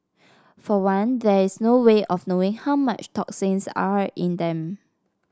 for one there is no way of knowing how much toxins are in them